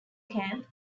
camp